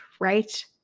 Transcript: right